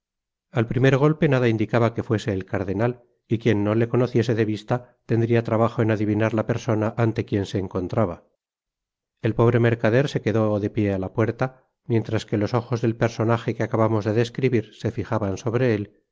al primer golpe nada indicaba que fuese el cardenal y quien no le conociese de vista tendría trabajo en adivinar la persona ante quien se encontraba el pobre mercader se quedó de pié á la puerta mientras que los ojos del personaje que acabamos de describir se fijaban sobre él